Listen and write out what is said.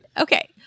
Okay